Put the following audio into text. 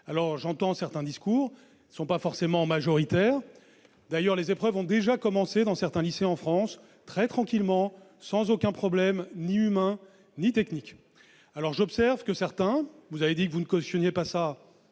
J'entends certains discours ; ils ne sont pas forcément majoritaires. D'ailleurs, les épreuves ont déjà commencé, dans certains lycées, très tranquillement, sans aucun problème, ni humain ni technique. J'observe- vous avez dit que vous ne le cautionniez pas ;